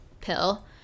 pill